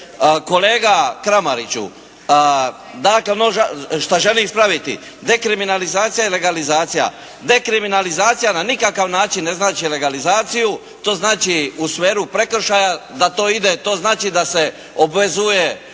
Kolega Kramariću, dakle, ono što želim ispraviti, dekriminalizacija i legalizacija. Dekriminalizacija na nikakav način ne znači legalizaciju. To znači u sveru prekršaja da to ide. To znači da se obvezuje